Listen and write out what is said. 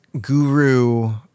guru